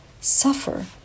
suffer